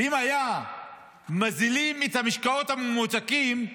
ואם היו מוזילים את המשקאות הממותקים,